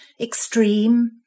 extreme